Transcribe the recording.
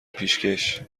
پیشکش